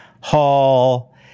Hall